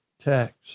text